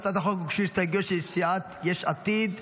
להצעת החוק הוגשו הסתייגויות של סיעת יש עתיד.